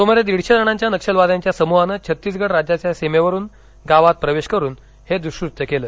सुमारे दीडशे जणांच्या नक्षलवाद्यांच्या समूहाने छत्तीसगड राज्याच्या सीमेवरून गावात प्रवेश करून हे दृष्कृत्य केलं